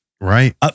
Right